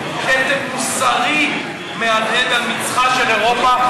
כתם מוסרי מהדהד על מצחה של אירופה,